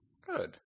Good